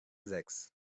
sechs